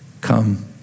Come